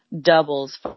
doubles